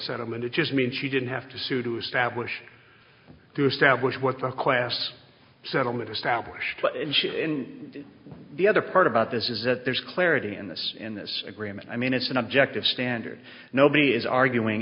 settlement it just means she didn't have to sue to establish to establish what the class settlement established in the other part about this is that there's clarity in this in this agreement i mean it's an objective standard nobody is arguing